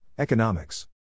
Economics